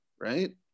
right